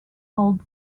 holds